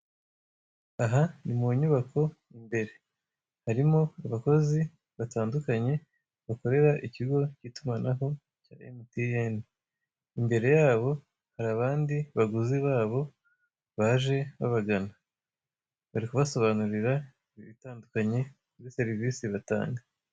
Aha ni mu nyubako imbere harimo abakozi batandukanye bakorera ikigo k'itumanaho cya emutiyene, imbere yabo hari abandi baguzi babo baje babagana bari kubasobanurira ibitandukanye kuri serivise batanga.